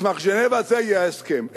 מסמך ז'נבה, זה יהיה ההסכם.